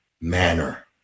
manner